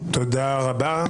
תודה רבה.